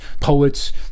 poets